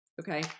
Okay